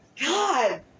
God